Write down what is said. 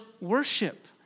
worship